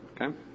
okay